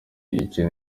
icyo